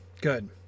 good